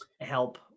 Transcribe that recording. help